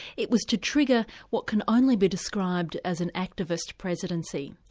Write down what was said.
it was to trigger what can only be described as an activist presidency.